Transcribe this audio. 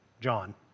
John